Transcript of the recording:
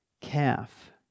calf